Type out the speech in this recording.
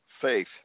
faith